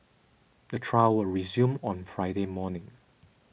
the trial will resume on Friday morning